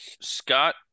Scott